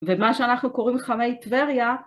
ומה שאנחנו קוראים חמי טבריה